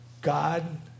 God